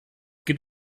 gibt